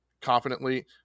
confidently